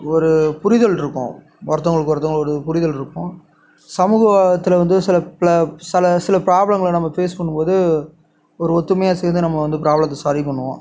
ஒரு புரிதல்இருக்கும் ஒருத்தங்களுக்கு ஒருத்தங்களுக்கு ஒரு புரிதல் இருக்கும் சமூகத்தில் வந்து சில பல சில சில ப்ராப்ளங்களை நம்ம ஃபேஸ் பண்ணும்போது ஒரு ஒத்துமையா சேர்ந்து நம்ம வந்து ப்ராப்ளத்தை சரி பண்ணுவோம்